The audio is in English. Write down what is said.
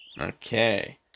Okay